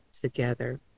together